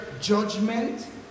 judgment